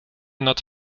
nat